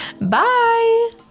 Bye